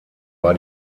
war